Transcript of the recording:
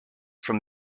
from